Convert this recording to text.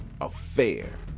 affair